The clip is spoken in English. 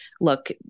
look